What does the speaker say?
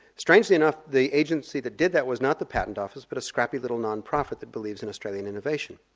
strangely enough the agency that did that was not the patent office but a scrappy little non-profit that believes in australian innovation.